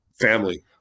Family